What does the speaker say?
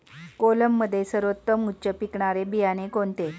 कोलममध्ये सर्वोत्तम उच्च पिकणारे बियाणे कोणते?